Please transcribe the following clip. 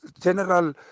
general